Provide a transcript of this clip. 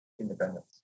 independence